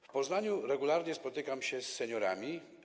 W Poznaniu regularnie spotykam się z seniorami.